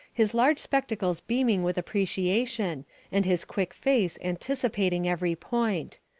his large spectacles beaming with appreciation and his quick face anticipating every point.